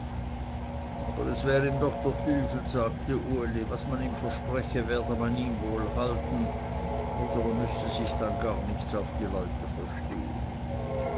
aber das wär ihm doch dr tüfel sagte uli was man ihm verspreche werde man ihm wohl halten oder er müßte sich dann gar nichts auf die leute verstehen